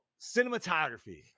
cinematography